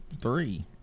three